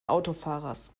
autofahrers